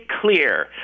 clear